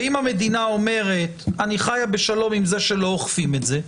ואם המדינה אומרת: אני חיה בשלום עם זה שלא אוכפים את זה,